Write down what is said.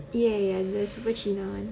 ya ya the super cheena [one]